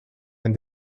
and